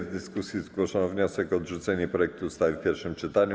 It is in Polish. W dyskusji zgłoszono wniosek o odrzucenie projektu ustawy w pierwszym czytaniu.